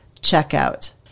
checkout